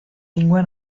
lingua